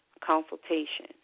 consultation